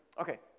Okay